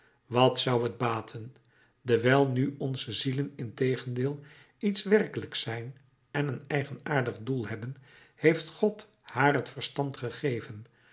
wat zou het baten dewijl nu onze zielen integendeel iets werkelijks zijn en een eigenaardig doel hebben heeft god haar het verstand gegeven